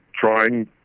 trying